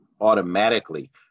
automatically